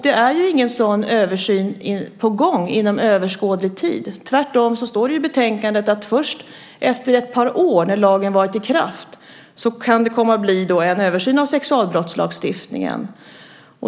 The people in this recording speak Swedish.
Det är ju ingen sådan översyn på gång inom överskådlig tid. Tvärtom står det i betänkandet att först efter ett par år när lagen varit i kraft kan det komma att bli en översyn av sexualbrottslagstiftningen.